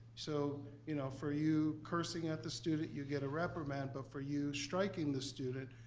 so you know, for you cursing at the student, you get a reprimand, but for you striking the student.